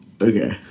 Okay